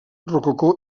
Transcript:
rococó